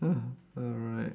alright